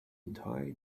entire